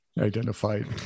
identified